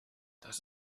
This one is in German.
das